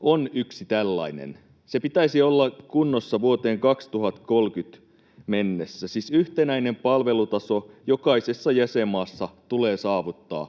on yksi tällainen. Sen pitäisi olla kunnossa vuoteen 2030 mennessä, siis yhtenäinen palvelutaso jokaisessa jäsenmaassa tulee saavuttaa